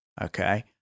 okay